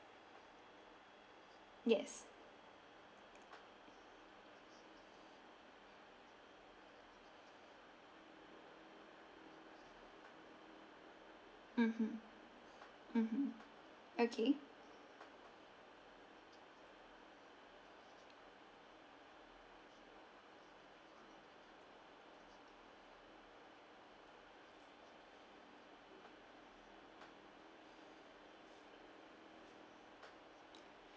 yes mmhmm mmhmm okay